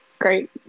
great